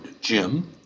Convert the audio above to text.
Jim